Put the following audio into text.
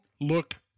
look